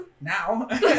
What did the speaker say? now